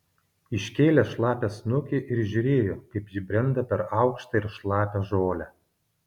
iškėlė šlapią snukį ir žiūrėjo kaip ji brenda per aukštą ir šlapią žolę